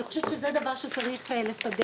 אני חושבת שזה דבר שצריך להסדיר.